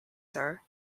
sir